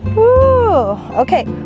whoo? okay,